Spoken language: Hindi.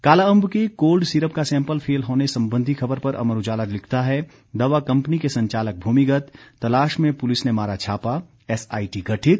कालाअंब के कोल्ड सिरप का सेंपल फेल होने संबंधी खबर पर अमर उजाला लिखता है दवा कंपनी के संचालक भूमिगत तलाश में पुलिस ने मारा छापा एसआईटी गठित